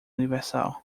universal